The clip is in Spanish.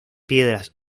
piedras